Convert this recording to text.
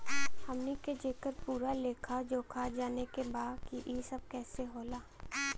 हमनी के जेकर पूरा लेखा जोखा जाने के बा की ई सब कैसे होला?